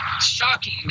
shocking